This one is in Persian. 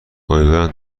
امیدوارم